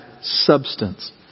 substance